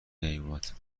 نیومد